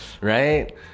right